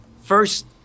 First